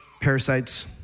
parasites